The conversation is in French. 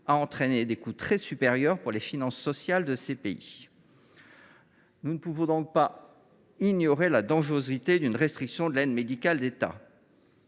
a entraîné des coûts très supérieurs pour les finances sociales de ces pays. Nous ne pouvons donc pas ignorer la dangerosité d’une restriction de l’aide médicale de l’État.